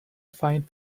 fine